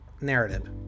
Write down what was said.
narrative